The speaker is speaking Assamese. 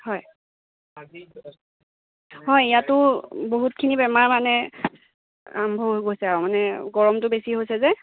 হয় হয় ইয়াতো বহুতখিনি বেমাৰ মানে আৰম্ভ হৈ গৈছে আৰু মানে গৰমটো বেছি হৈছে যে